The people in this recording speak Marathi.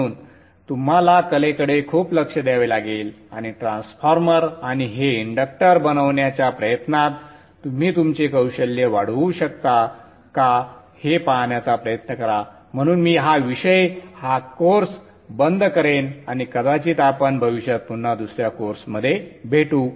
म्हणून तुम्हाला कलेकडे खूप लक्ष द्यावे लागेल आणि ट्रान्सफॉर्मर आणि हे इंडक्टर बनवण्याच्या प्रयत्नात तुम्ही तुमचे कौशल्य वाढवू शकता का हे पाहण्याचा प्रयत्न करा म्हणून मी हा विषय हा कोर्स बंद करेन आणि कदाचित आपण भविष्यात पुन्हा दुसऱ्या कोर्समध्ये भेटू